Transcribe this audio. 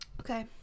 Okay